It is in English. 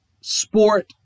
sport